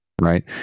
Right